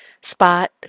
spot